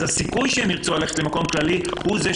אז גדל הסיכוי שהן ירצו ללכת למקום כללי שיגוון